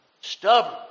Stubborn